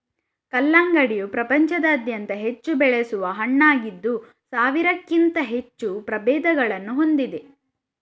ಕಲ್ಲಂಗಡಿಯು ಪ್ರಪಂಚಾದ್ಯಂತ ಹೆಚ್ಚು ಬೆಳೆಸುವ ಹಣ್ಣಾಗಿದ್ದು ಸಾವಿರಕ್ಕಿಂತ ಹೆಚ್ಚು ಪ್ರಭೇದಗಳನ್ನು ಹೊಂದಿದೆ